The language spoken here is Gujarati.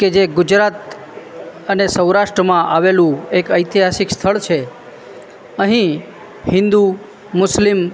કે જે ગુજરાત અને સૌરાષ્ટ્રમાં આવેલું એક ઐતિહાસિક સ્થળ છે અહીં હિન્દુ મુસ્લિમ